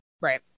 Right